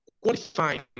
qualifying